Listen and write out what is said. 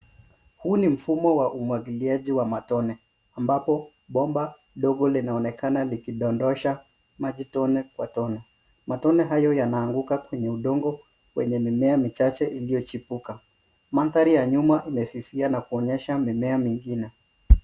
Mfumo wa umwagiliaji wa matone ambapo bomba dogo linaonekana likidondosha maji tone kwa tone. Matone hayo yanaanguka kwenye udongo kwenye mimea michache iliyochipuka. Mandhari ya nyuma imefifia na kuonyesha mimea mingine.